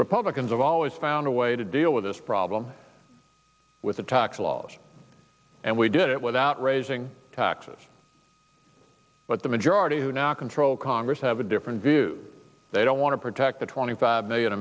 republicans have always found a way to deal with this problem with the tax laws and we did it without raising taxes but the majority who now control congress have a different view they don't want to protect the twenty five million